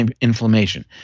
inflammation